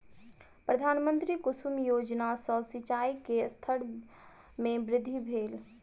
प्रधानमंत्री कुसुम योजना सॅ सिचाई के स्तर में वृद्धि भेल